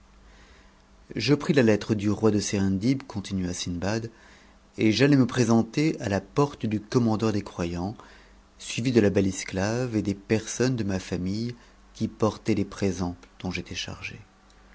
je pris la lettre du roi de serendib continua sindbad et j'allai me présemer à la porte du commandeur des croyants suivi de la belle esclave et des personnes de ma famille qui portaient les présents dont j'étais chargé